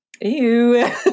Ew